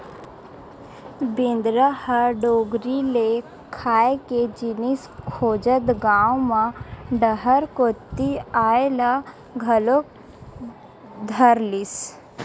बेंदरा ह डोगरी ले खाए के जिनिस खोजत गाँव म डहर कोती अये ल घलोक धरलिस